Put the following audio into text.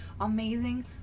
amazing